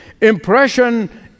Impression